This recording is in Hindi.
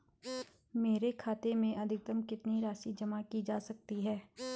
मेरे खाते में अधिकतम कितनी राशि जमा की जा सकती है?